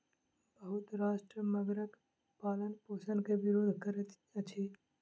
बहुत राष्ट्र मगरक पालनपोषण के विरोध करैत अछि